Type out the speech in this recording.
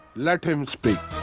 let him speak.